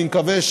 אני מקווה,